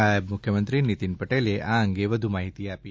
નાયબ મુખ્યમંત્રી નીતિન પટેલે આ અંગે વધુ વિગતો આપી